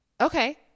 Okay